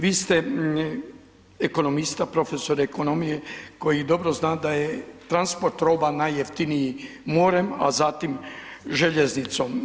Vi ste ekonomista, profesor ekonomije, koji dobro zna, da je transport roba najjeftiniji morem, a zatim željeznicom.